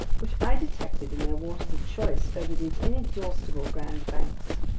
which i detected in their waters of choice over these inexhaustible grand banks.